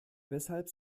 weshalb